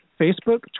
Facebook